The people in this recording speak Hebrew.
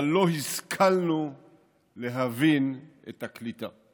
אבל לא השכלנו להבין את הקליטה,